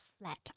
flat